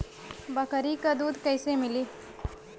बकरी क दूध कईसे मिली?